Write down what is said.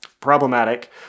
problematic